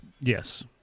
Yes